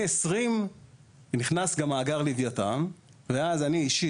משנת 2020 נכנס גם מאגר לויתן ואז אני אישית